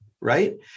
right